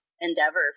endeavor